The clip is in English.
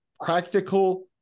practical